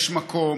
יש מקום